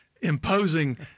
Imposing